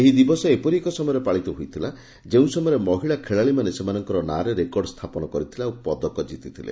ଏହି ଦିବସ ଏପରି ଏକ ସମୟରେ ପାଳିତ ହୋଇଥିଲା ଯେଉଁ ସମୟରେ ମହିଳା ଖେଳାଳିମାନେ ସେମାନଙ୍କ ନାଁରେ ରେକର୍ଡ଼ ସ୍ତାପନ କରିଥିଲେ ଓ ପଦକ ଜିତିଥିଲେ